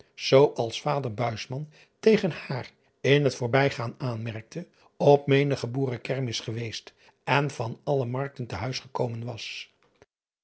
als vader tegen haar in het voorbijgaan aanmerkte op menige boerenkermis geweest en van alle markten te huis gekomen was